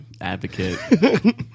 advocate